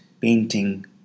painting